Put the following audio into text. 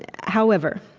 however,